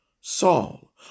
Saul